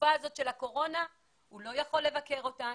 בתקופה הזאת של הקורונה הוא לא יכול לבקר אותן,